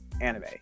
anime